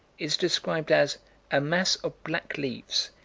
is described as a mass of black leaves,